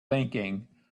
thinking